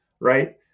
right